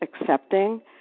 accepting